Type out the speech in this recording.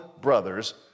brothers